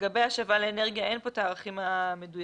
לגבי השבה לאנרגיה, אין כאן את הערכים המדויקים.